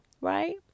Right